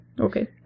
Okay